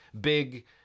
big